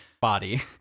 body